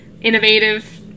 innovative